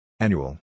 Annual